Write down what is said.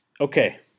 Okay